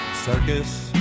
Circus